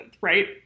right